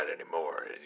anymore